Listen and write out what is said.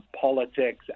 politics